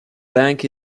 bank